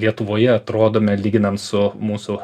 lietuvoje atrodome lyginant su mūsų